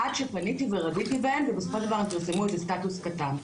עד שפניתי ורדיתי בהם ובסופו של דבר הם פרסמו סטטוס קטן.